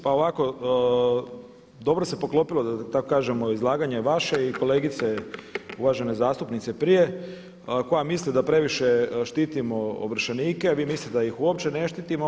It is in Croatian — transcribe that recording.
Pa ovako, dobro se poklopilo da tako kažemo izlaganje vaše i kolegice uvažene zastupnice prije koja misli da previše štitimo ovršenike, a vi mislite da ih uopće ne štitimo.